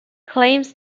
claims